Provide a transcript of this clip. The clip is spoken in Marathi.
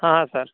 हां आ सर